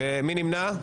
מי נמנע?